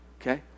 Okay